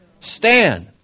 stand